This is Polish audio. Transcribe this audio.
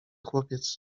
chłopiec